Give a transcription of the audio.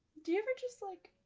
do you ever just like.